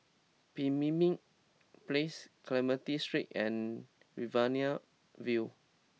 Pemimpin Place Clementi Street and Riverina View